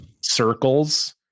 Circles